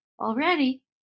already